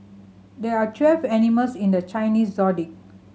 there are twelve animals in the Chinese Zodiac